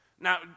Now